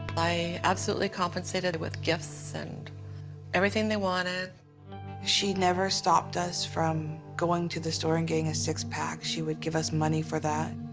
i absolutely compensated with gifts and everything they wanted. she never stopped us from going to the store and getting a six pack. she would give us money for that.